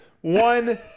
one